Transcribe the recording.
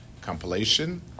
compilation